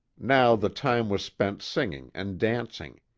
now the time was spent singing and dancing.